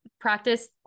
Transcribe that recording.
practice